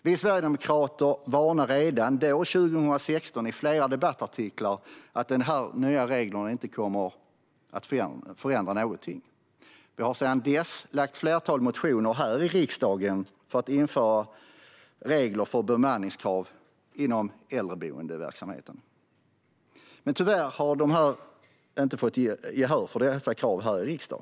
Vi sverigedemokrater varnade redan då i flera debattartiklar för att de nya reglerna inte skulle komma att förändra någonting. Vi har sedan dess väckt ett flertal motioner i riksdagen om att införa regler för bemanningskrav inom äldreboenden, men vi har tyvärr inte fått gehör för dessa krav.